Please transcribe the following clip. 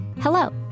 Hello